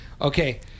Okay